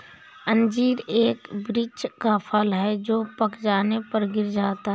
अंजीर एक वृक्ष का फल है जो पक जाने पर गिर जाता है